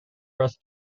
was